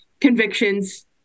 convictions